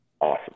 awesome